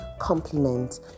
compliment